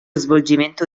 svolgimento